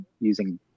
using